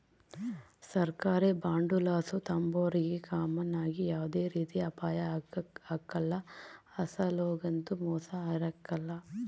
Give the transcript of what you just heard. ಸರ್ಕಾರಿ ಬಾಂಡುಲಾಸು ತಾಂಬೋರಿಗೆ ಕಾಮನ್ ಆಗಿ ಯಾವ್ದೇ ರೀತಿ ಅಪಾಯ ಆಗ್ಕಲ್ಲ, ಅಸಲೊಗಂತೂ ಮೋಸ ಇರಕಲ್ಲ